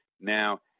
Now